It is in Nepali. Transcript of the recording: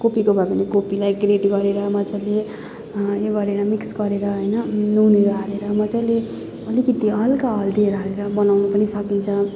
कोपीको भयो भने कोपीलाई ग्रेट गरेर मजाले यो गरेर मिक्स गरेर होइन नुनहरू हालेर मजाले अलिकति हल्का हल्दीहरू हालेर बनाउनु पनि सकिन्छ